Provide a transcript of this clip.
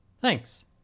Thanks